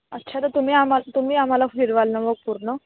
अच्छा तर तुम्ही आम्हाला तुम्ही आम्हाला फिरवाल न मग पूर्ण